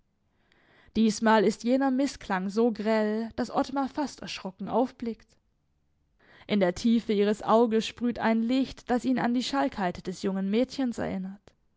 diesmal ist jener mißklang so grell daß ottmar fast erschrocken aufblickt in der tiefe ihres auges sprüht ein licht das ihn an die schalkheit des jungen mädchens erinnert